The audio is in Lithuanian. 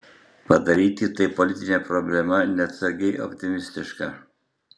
padaryti tai politine problema neatsargiai optimistiška